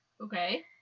Okay